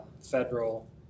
federal